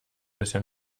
bisher